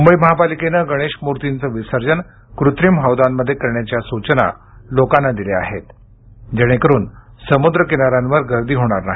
मुंबई महापालिकेनं गणेश मूर्तींचं विसर्जन कृत्रिम हौदांमध्ये करण्याच्या सूचना लोकांना दिल्या आहेत जेणेकरुन समुद्र किनाऱ्यांवर गर्दी होणार नाही